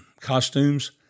Costumes